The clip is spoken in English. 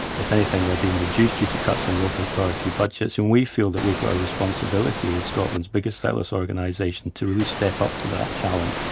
if anything they're being reduced due to cuts in local authority budgets and we feel that we've got a responsibility, as scotland's biggest sight loss organisation to really step up to that challenge.